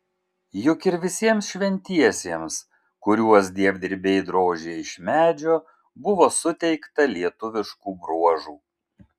juk ir visiems šventiesiems kuriuos dievdirbiai drožė iš medžio buvo suteikta lietuviškų bruožų